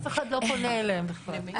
אף אחד לא פונה אליהם בכלל.